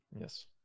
Yes